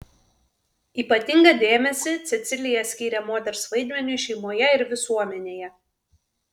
ypatingą dėmesį cecilija skyrė moters vaidmeniui šeimoje ir visuomenėje